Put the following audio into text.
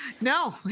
No